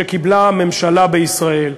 שקיבלה הממשלה בישראל,